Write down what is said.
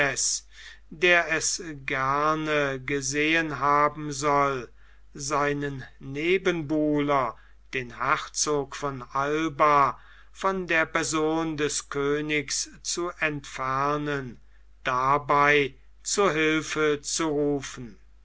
der es gern gesehen haben soll seinen nebenbuhler den herzog von alba von der person des königs zu entfernen dabei zu hülfe zu rufen